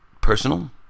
personal